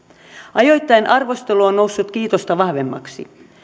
ajoittain arvostelu on noussut kiitosta vahvemmaksi